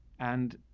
and